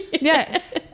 Yes